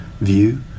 view